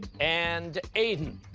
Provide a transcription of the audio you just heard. and aidan.